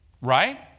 Right